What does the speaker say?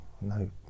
no